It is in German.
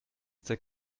der